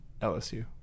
LSU